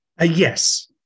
Yes